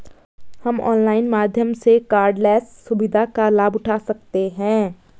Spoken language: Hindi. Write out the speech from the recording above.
हम ऑनलाइन माध्यम से कॉर्डलेस सुविधा का लाभ उठा सकते हैं